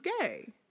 gay